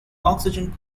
oxygen